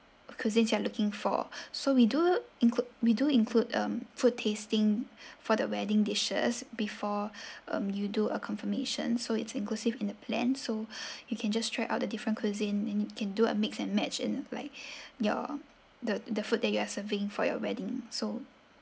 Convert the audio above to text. cuisines you are looking for so we do include we do include um food tasting for the wedding dishes before um you do a confirmation so it's inclusive in the plan so you can just try out the different cuisine and you can do a mix and match in like your the the food that you are serving for your wedding so